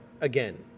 again